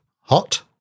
hot